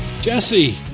Jesse